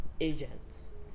agents